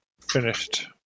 finished